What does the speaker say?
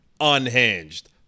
unhinged